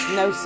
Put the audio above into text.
no